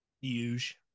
Huge